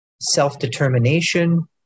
self-determination